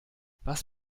was